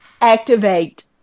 activate